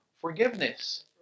forgiveness